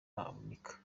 amerika